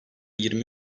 yirmi